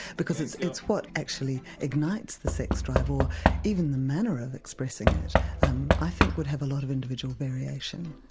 because it's it's what actually ignites the sex drive or even the manner of expressing it um i think would have a lot of individual variation.